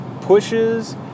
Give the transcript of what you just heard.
Pushes